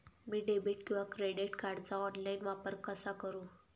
मी debit किंवा credit कार्डचा online वापर कसा करु?